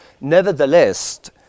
Nevertheless